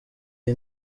iyi